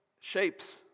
shapes